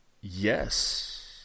Yes